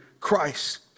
Christ